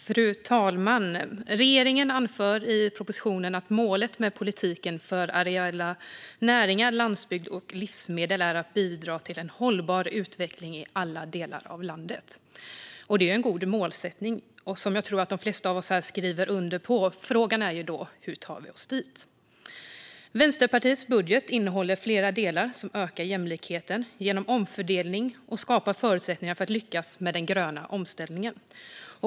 Fru talman! Regeringen anför i propositionen att målet med politiken för areella näringar, landsbygd och livsmedel är att bidra till en hållbar utveckling i alla delar av landet. Det är en god målsättning, som jag tror att de flesta av oss här skriver under på. Frågan är då: Hur tar vi oss dit? Vänsterpartiets budget innehåller flera delar som ökar jämlikheten genom omfördelning och skapar förutsättningar för att lyckas med den gröna omställningen.